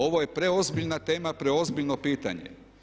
Ovo je preozbiljna tema, preozbiljno pitanje.